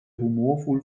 humorvoll